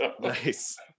Nice